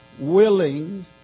willing